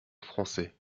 français